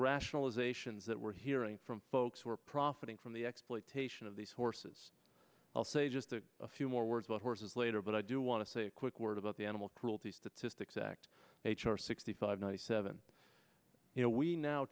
rationalizations that we're here from folks who are profiting from the exploitation of these horses i'll say just a few more words about horses later but i do want to say a quick word about the animal cruelty statistics act h r sixty five ninety seven you know we now